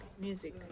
music